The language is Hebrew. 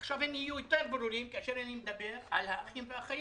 עכשיו הם יהיו יותר ברורים כאשר אני מדבר על האחים והאחיות,